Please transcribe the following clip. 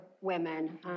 women